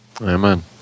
Amen